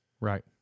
Right